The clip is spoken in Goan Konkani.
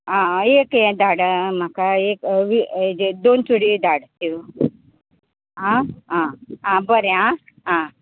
आं एक हें धाड म्हाका एक वी हेजे दोन चुडी धाड त्यो आं आं आं बरें आं